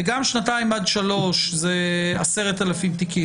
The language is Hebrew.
וגם שנתיים עד שלוש זה 10,000 תיקים,